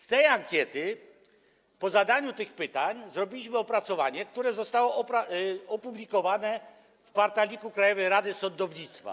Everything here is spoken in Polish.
Z tej ankiety, po zadaniu tych pytań, zrobiliśmy opracowanie, które zostało opublikowane w kwartalniku Krajowej Rady Sądownictwa.